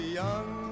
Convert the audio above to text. young